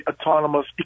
autonomous